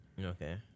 Okay